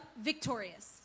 victorious